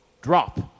drop